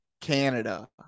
Canada